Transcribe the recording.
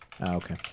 okay